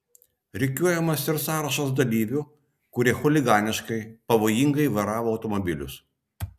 rikiuojamas ir sąrašas dalyvių kurie chuliganiškai pavojingai vairavo automobilius